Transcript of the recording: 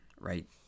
right